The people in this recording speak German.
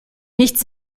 nichts